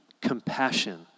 compassion